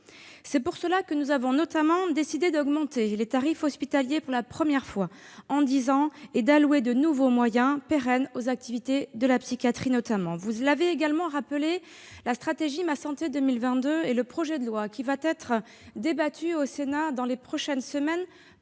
C'est pour cela que nous avons notamment décidé d'augmenter les tarifs hospitaliers pour la première fois en dix ans et d'allouer de nouveaux moyens pérennes aux activités de la psychiatrie. Vous l'avez également rappelé, la stratégie Ma santé 2022 et le projet de loi qui va être débattu au Sénat dans les prochaines semaines